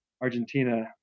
Argentina